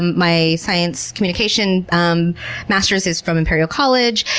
my science communication um master's is from imperial college,